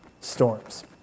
storms